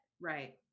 right